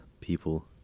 people